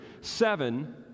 seven